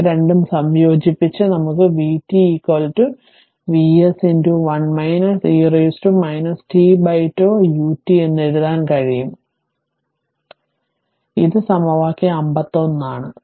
ഇവ രണ്ടും സംയോജിപ്പിച്ച് നമുക്ക് vt Vs 1 e tτ ut എന്ന് എഴുതാൻ കഴിയും ഇത് സമവാക്യം 51 ആണ്